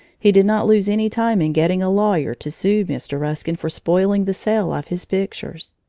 he did not lose any time in getting a lawyer to sue mr. ruskin for spoiling the sale of his pictures.